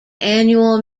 annual